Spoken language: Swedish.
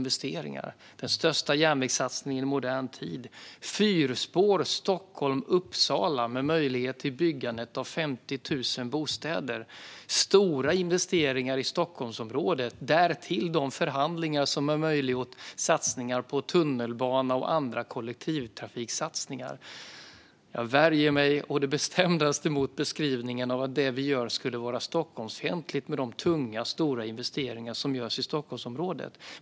Det är den största järnvägssatsningen i modern tid, med fyrspår mellan Stockholm och Uppsala och möjlighet till byggande av 50 000 bostäder, stora investeringar i Stockholmsområdet och dessutom de förhandlingar som har möjliggjort satsningar på tunnelbana och annan kollektivtrafik. Jag värjer mig å det bestämdaste mot beskrivningen att det vi gör skulle vara Stockholmsfientligt, med de tunga, stora investeringar som görs i Stockholmsområdet.